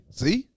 see